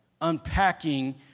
unpacking